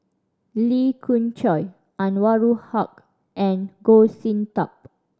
Lee Khoon Choy Anwarul Haque and Goh Sin Tub